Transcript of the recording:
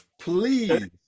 please